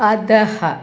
अधः